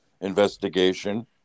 investigation